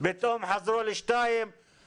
פתאום חזרו לשניים,